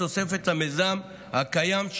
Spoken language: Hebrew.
כתוספת למיזם הקיים,